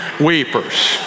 weepers